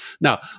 now